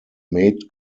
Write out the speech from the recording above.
mate